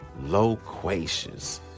loquacious